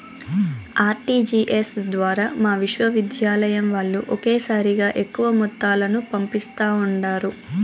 RTGS ద్వారా మా విశ్వవిద్యాలయం వాల్లు ఒకేసారిగా ఎక్కువ మొత్తాలను పంపిస్తా ఉండారు